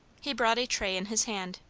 he brought a tray in his hand.